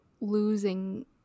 losing